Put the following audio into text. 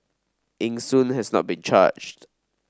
Eng Soon has not been charged